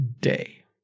day